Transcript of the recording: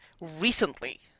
recently